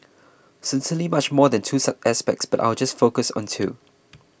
certainly much more than two aspects but I'll just focus on two